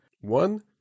One